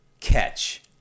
catch